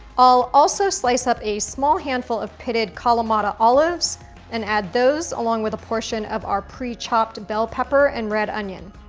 i'll also slice up a small handful of pitted kalamata olives and add those, along with a portion of our pre-chopped bell pepper and red onion.